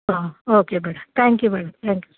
okay madam thank you madam thank you